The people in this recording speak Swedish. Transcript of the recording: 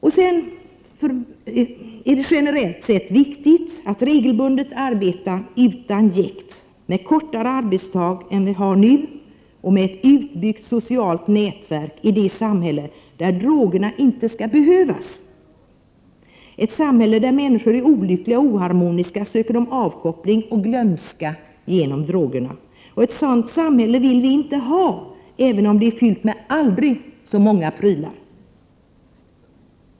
Generellt sett är det viktigt att regelbundet arbeta utan jäkt med kortare arbetsdag än vi har nu och med ett utbyggt socialt nätverk i ett samhälle där drogerna inte skall behövas. I ett samhälle där människor är olyckliga och oharmoniska söker de avkoppling och glömska genom drogerna, och ett sådant samhälle vill vi inte ha, även om det är fyllt med aldrig så många prylar.